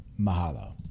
mahalo